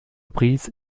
prince